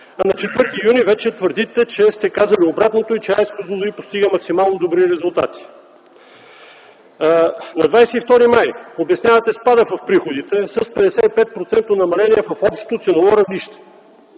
на 4 юни вече твърдите, че сте казали обратното и че АЕЦ „Козлодуй” постига максимално добри резултати. На 22 май обяснявате спада в приходите с 55-процентно намаление в общото ценово равнище.